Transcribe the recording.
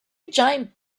giant